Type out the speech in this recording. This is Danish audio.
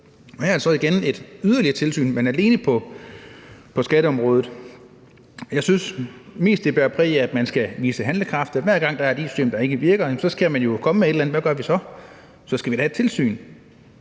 er der så igen et yderligere tilsyn, men alene på skatteområdet. Jeg synes mest, det bærer præg af, at man skal vise handlekraft: Hver gang der er et it-system, der ikke virker, skal man jo komme med et eller andet, og hvad gør vi så? Så skal vi da have et tilsyn.